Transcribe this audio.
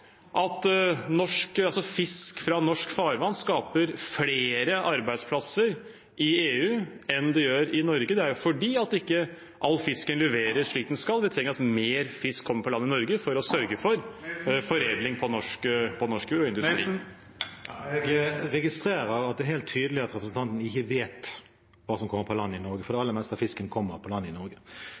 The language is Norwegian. at fisk fra norske farvann skaper flere arbeidsplasser i EU enn den gjør i Norge, og det er fordi ikke all fisken leveres slik den skal. Vi trenger at mer fisk kommer på land i Norge for å sørge for foredling på norsk jord og i industrien. Jeg registrerer at det er helt tydelig at representanten ikke vet hva som kommer på land i Norge, for det aller meste av fisken kommer på land i Norge.